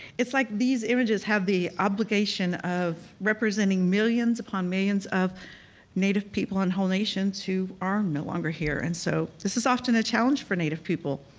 it's like these images have the obligation of representing millions upon millions of native people and whole nations who are no longer here. and so this is often a challenge for native people.